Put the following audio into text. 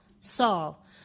Saul